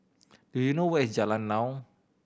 do you know where is Jalan Naung